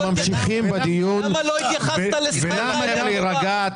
אנחנו ממשיכים בדיון, ונא להירגע.